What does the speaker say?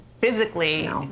physically